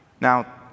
Now